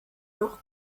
noch